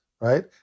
right